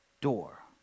door